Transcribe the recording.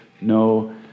no